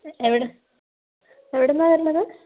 എവിടെ എവിടെ നിന്നാണ് വരണത്